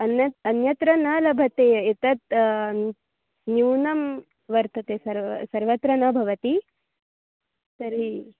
अन्यत्र अन्यत्र न लभते एतत् न्यूनं वर्तते सर्व सर्वत्र न भवति तर्हि